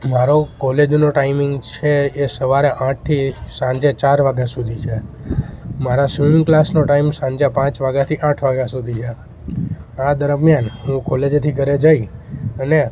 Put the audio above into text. મારો કોલેજનો ટાઈમિંગ છે એ સવારે આઠથી સાંજે ચાર વાગ્યા સુધી છે મારા સ્વિમિંગ ક્લાસનો ટાઈમ સાંજે પાંચ વાગ્યાથી આઠ વાગ્યા સુધી છે આ દરમિયાન હું કોલેજેથી ઘરે જઈ અને